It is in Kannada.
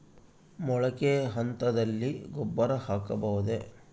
ಮೊಳಕೆ ಹಂತದಲ್ಲಿ ಗೊಬ್ಬರ ಹಾಕಬಹುದೇ?